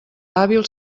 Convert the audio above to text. hàbil